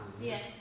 Yes